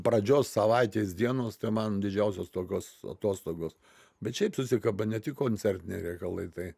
pradžios savaitės dienos tai man didžiausios tokios atostogos bet šiaip susikaba ne tik koncertiniai reikalai tai